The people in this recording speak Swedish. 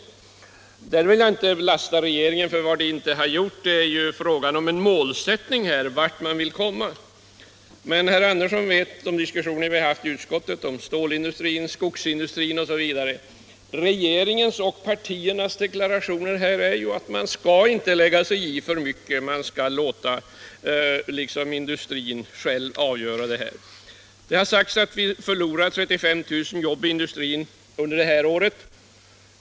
I det avseendet vill jag inte belasta regeringen för vad den inte har gjort. Det är här fråga om en målsättning — vart man vill komma. Herr Andersson i Örebro vet från diskussionerna i utskottet om stålindustrin, skogsindustrin osv. att partiernas och regeringens inställning är att man inte skall lägga sig i för mycket utan låta industrierna själva avgöra. Det har sagts att vi förlorar 35 000 jobb inom industrin i år.